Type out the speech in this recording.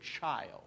child